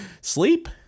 sleep